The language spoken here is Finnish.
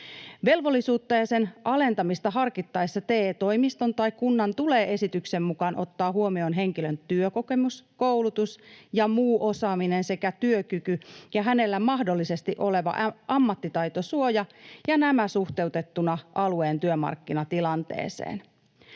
Velvollisuutta ja sen alentamista harkittaessa TE-toimiston tai kunnan tulee esityksen mukaan ottaa huomioon henkilön työkokemus, koulutus ja muu osaaminen sekä työkyky ja hänellä mahdollisesti oleva ammattitaitosuoja ja nämä suhteutettuna alueen työmarkkinatilanteeseen.